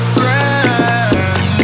grand